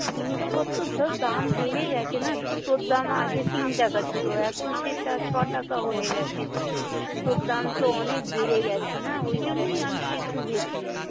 জিনিসপত্রর তো দাম বেড়ে গেছে না সুতোর দাম আগে তিন টাকা ছিল এখন সেটা ছ টাকা হয়ে গেছে সুতোর দাম তো অনেক বেড়ে গেছে না ওই জন্যই আমি একটু বেশিই নিই